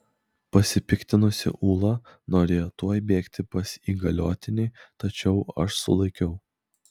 pasipiktinusi ula norėjo tuoj bėgti pas įgaliotinį tačiau aš sulaikiau